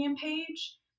page